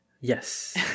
Yes